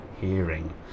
hearing